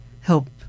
help